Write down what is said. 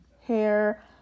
hair